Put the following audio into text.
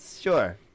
sure